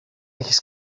έχεις